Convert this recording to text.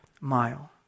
mile